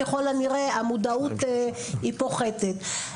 ככל הנראה המודעות היא פוחתת.